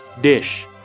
Dish